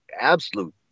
absolute